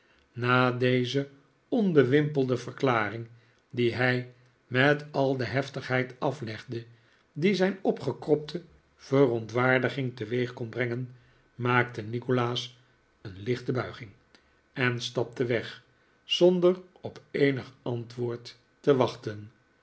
na deze onbewimpelde verklaring die hij met al de heftigheid aflegde die zijn opgekropte verontwaardiging teweeg kon brengen maakte nikolaas een lichte buiging en stapte weg zonder op eenig antwoord te wachten